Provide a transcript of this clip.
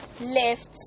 lifts